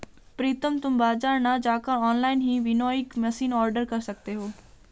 प्रितम तुम बाजार ना जाकर ऑनलाइन ही विनोइंग मशीन ऑर्डर कर सकते हो